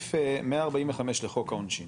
סעיף 145 לחוק העונשין.